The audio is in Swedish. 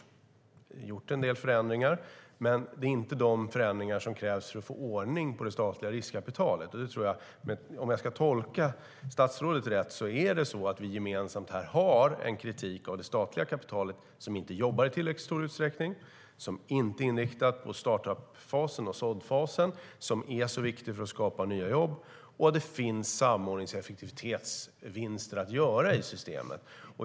Det har gjorts en del förändringar men inte de förändringar som krävs för att få ordning på det statliga riskkapitalet. Tolkar jag statsrådet rätt har vi gemensamt en kritik av det statliga kapitalet, nämligen att det inte jobbar i tillräckligt stor utsträckning, att det inte är inriktat på uppstartsfasen och såddfasen som är så viktiga för att skapa upp nya jobb och att det finns samordnings och effektivitetsvinster att göra i systemet.